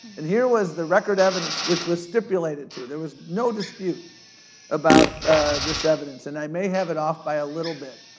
and here was the record evidence. which was stipulated to, there was no dispute about this evidence. and i may have it off by a little bit.